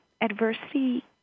adversity